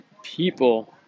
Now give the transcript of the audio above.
people